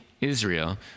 israel